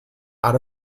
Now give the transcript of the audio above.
out